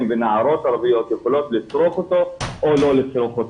ונערות ערביות יכולות לצרוך אותו או לא לצרוך אותו.